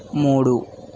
మూడు